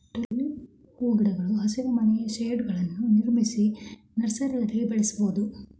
tulip ಹೂಗಿಡಗಳು ಹಸಿರುಮನೆಯ ಶೇಡ್ಗಳನ್ನು ನಿರ್ಮಿಸಿ ನರ್ಸರಿಯಲ್ಲಿ ಬೆಳೆಯಬೋದು